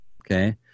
Okay